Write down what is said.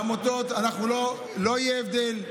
בעמותות לא יהיה הבדל,